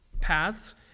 paths